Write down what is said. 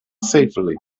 safely